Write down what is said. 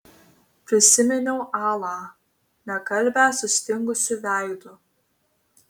prisiminiau alą nekalbią sustingusiu veidu